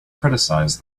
criticized